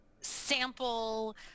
sample